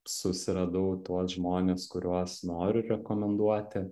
susiradau tuos žmones kuriuos noriu rekomenduoti